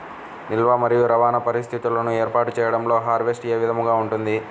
నిల్వ మరియు రవాణా పరిస్థితులను ఏర్పాటు చేయడంలో హార్వెస్ట్ ఏ విధముగా ఉంటుంది?